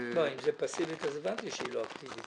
-- לא, אם זה פסיבית אז הבנתי שהיא לא אקטיבית.